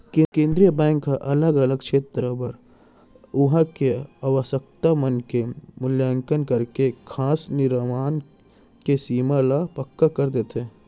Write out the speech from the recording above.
केंद्रीय बेंक ह अलग अलग छेत्र बर उहाँ के आवासकता मन के मुल्याकंन करके साख निरमान के सीमा ल पक्का कर देथे